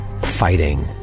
fighting